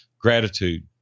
gratitude